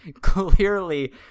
clearly